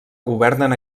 governen